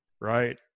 right